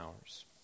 hours